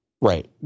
Right